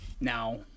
Now